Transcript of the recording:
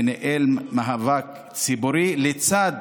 וניהל מאבק ציבורי לצד